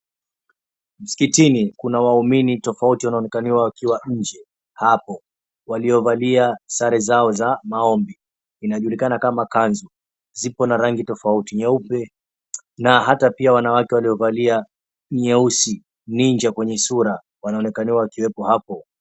Msikitini, kuna waumini tofauti wanaonekania wakiwa nje hapo, waliovalia sare zao za maombi. Zinajulikana kama kanzu. Zipo na rangi tofauti; nyeupe, na hata pia wanawake waliovalia nyeusi. Ni nje kwenye sura wanaonekania wakiwepo hapo.